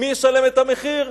מי ישלם את המחיר?